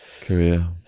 career